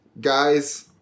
guys